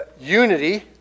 unity